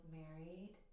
married